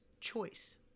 choice